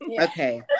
okay